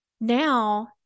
now